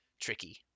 tricky